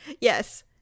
Yes